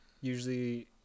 usually